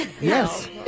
Yes